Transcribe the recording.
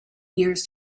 years